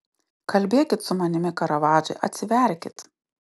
kalbėkit su manimi karavadžai atsiverkit